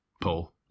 Paul